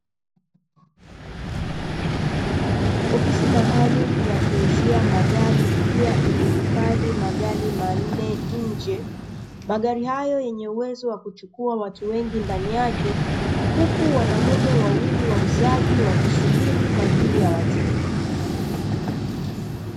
Ofisi maalumu ya kuuzia magari ikiwa imehifadhi magari manne nje. Magari hayo yenye uwezo wa kuchukua watu wengi ndani yake, huku wanamume wawili wuzaji wakisubiria wateja.